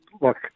look